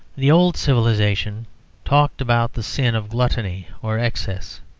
the old civilisation talked about the sin of gluttony or excess.